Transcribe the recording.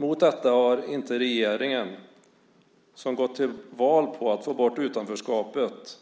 Mot detta har inte regeringen, som gått till val på att få bort utanförskapet,